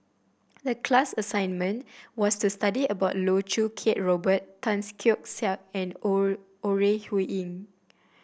the class assignment was to study about Loh Choo Kiat Robert Tan Keong Saik and Ore Huiying